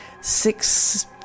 six